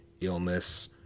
illness